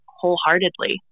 wholeheartedly